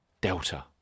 Delta